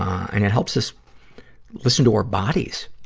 and it helps us listen to our bodies.